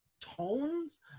tones